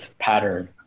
pattern